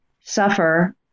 suffer